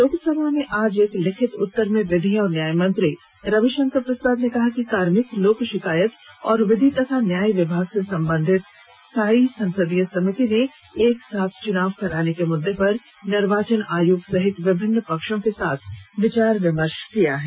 लोकसभा में आज एक लिखित उत्तर में विधि और न्यायमंत्री रविशंकर प्रसाद ने कहा कि कार्मिक लोक शिकायत और विधि तथा न्याय विभाग से संबंधित स्थाकयी संसदीय समिति ने एक साथ चुनाव कराने के मुद्दे पर निर्वाचन आयोग सहित विभिन्न पक्षों के साथ विचार विमर्श किया है